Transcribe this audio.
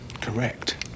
Correct